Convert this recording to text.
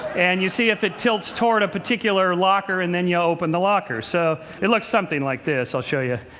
and you see if it tilts toward a particular locker, and then you open the locker. so it looks something like this. i'll show you.